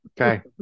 okay